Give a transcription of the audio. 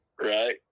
right